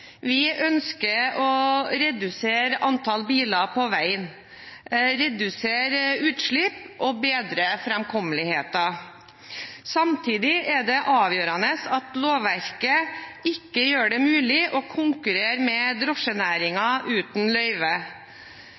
Vi ønsker å redusere antallet biler på veien, redusere utslippene og bedre framkommeligheten. Samtidig er det avgjørende at lovverket ikke gjør det mulig å konkurrere med drosjenæringen uten løyve.